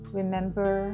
remember